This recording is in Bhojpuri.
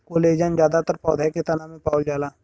कोलेजन जादातर पौधा के तना में पावल जाला